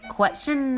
Question